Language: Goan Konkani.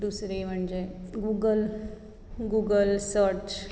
दुसरी म्हणजे गुगल गुगल सर्च